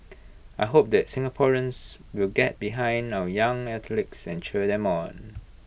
I hope that Singaporeans will get behind our young athletes and cheer them on